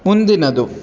ಮುಂದಿನದು